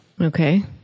Okay